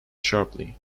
sharply